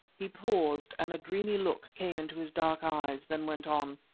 he paused and a dreamy look came into his dark eyes, then went on,